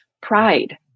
pride